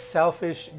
selfish